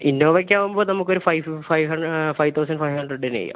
Innova ഒക്കെ ആവുമ്പം നമുക്ക് ഒരു five five five thousand five ഹണ്ട്രഡിന് ചെയ്യാം